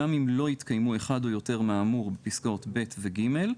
גם אם לא התקיימו אחד או יותר מהאמור בפסקאות (ב) ו-(ג),